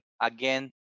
again